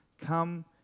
come